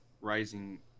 rising